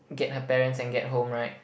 get her parents and get home right